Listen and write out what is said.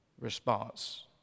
response